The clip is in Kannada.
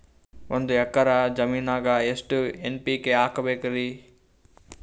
ಒಂದ್ ಎಕ್ಕರ ಜಮೀನಗ ಎಷ್ಟು ಎನ್.ಪಿ.ಕೆ ಹಾಕಬೇಕರಿ?